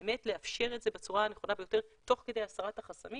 באמת לאפשר את זה בצורה הנכונה ביותר תוך כדי הסרת החסמים